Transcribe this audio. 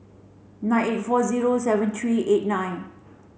nine eight four zero seven three eight nine